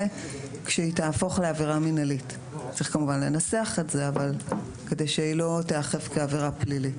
כשהיא תהפוך לעבירה מינהלית כדי שהיא לא תיאכף כעבירה פלילית.